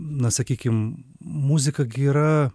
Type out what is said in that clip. na sakykim muzika gi yra